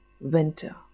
winter